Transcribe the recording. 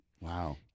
Wow